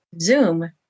Zoom